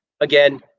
again